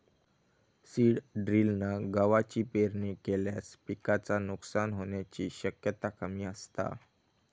seed ड्रिलना गवाची पेरणी केल्यास पिकाचा नुकसान होण्याची शक्यता कमी असता